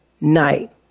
night